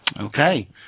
Okay